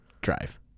drive